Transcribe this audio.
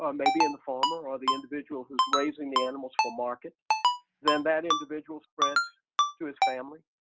um maybe in the farmer or the individual who's raising the animals for market then that individual spreads to his family.